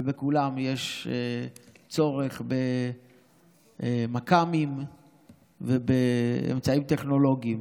ובכולם יש צורך במכ"מים ובאמצעים טכנולוגיים.